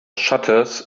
shutters